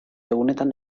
egunetan